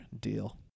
deal